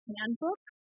Handbook